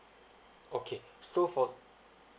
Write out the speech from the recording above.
okay so for